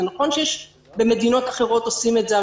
נכון שבמדינות אחרות עושים את זה,